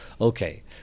okay